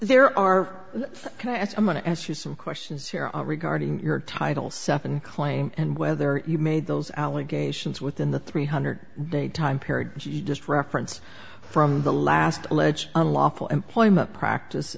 there are i'm going to ask you some questions here are regarding your title seven claim and whether you made those allegations within the three hundred day time period you just referenced from the last alleged unlawful employment practice